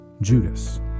Judas